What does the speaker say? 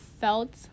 felt